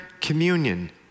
communion